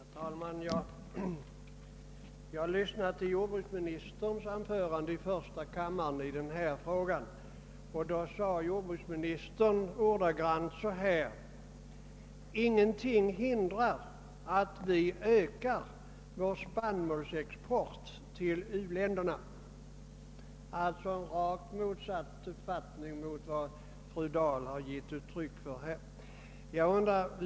Herr talman! Jag lyssnade till jordbruksministerns anförande i denna fråga i första kammaren, där jordbruksministern bl.a. förklarade att ingenting hindrar att vi ökar vår spannmålsexport till u-länderna. Det var alltså en rakt motsatt uppfattning mot den som fru Dahl har givit uttryck åt här.